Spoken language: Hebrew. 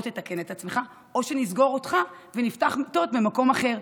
או שתתקן את עצמך או שנסגור אותך ונפתח מיטות במקום אחר.